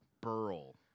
Burl